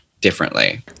differently